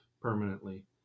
permanently